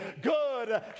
good